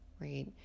Right